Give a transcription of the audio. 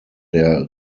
der